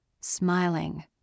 smiling